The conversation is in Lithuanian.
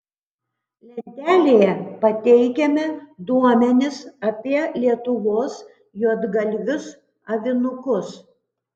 lentelėje pateikiame duomenis apie lietuvos juodgalvius avinukus